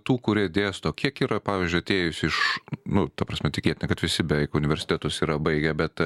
tų kurie dėsto kiek yra pavyzdžiui atėjusių iš nu ta prasme tikėtina kad visi beveik universitetus yra baigę bet